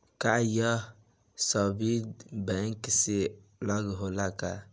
का ये service bank से अलग होला का?